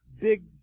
Big